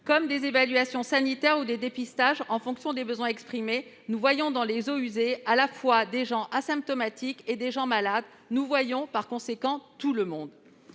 comme des évaluations sanitaires ou des dépistages, en fonction des besoins exprimés. Nous voyons dans les eaux usées à la fois des gens asymptomatiques et des gens malades. Nous voyons, par conséquent, tout le monde.